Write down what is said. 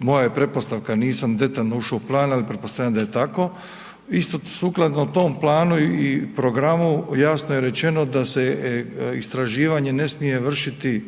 moja je pretpostavka, nisam detaljno ušao u plan ali pretpostavljam da je tako, isto sukladno tom planu i programu, jasno je rečeno da se istraživanje ne smije vršiti